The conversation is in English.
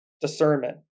Discernment